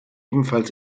ebenfalls